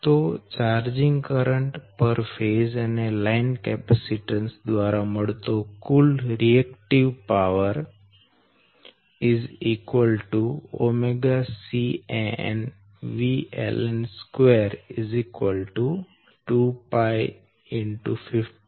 તો charging current પર phase અને લાઈન કેપેસીટન્સ દ્વારા મળતો કુલ reactive power Qc Can VLN22502